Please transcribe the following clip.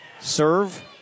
Serve